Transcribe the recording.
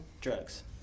drugs